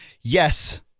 Yes